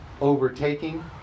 overtaking